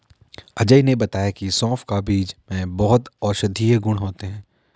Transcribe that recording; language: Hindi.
अजय ने बताया की सौंफ का बीज में बहुत औषधीय गुण होते हैं